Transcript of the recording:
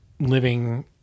living